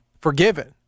forgiven